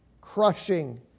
crushing